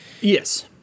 Yes